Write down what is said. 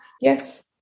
Yes